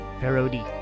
Parody